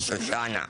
שושנה,